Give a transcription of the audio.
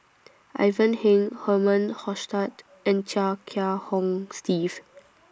Ivan Heng Herman Hochstadt and Chia Kiah Hong Steve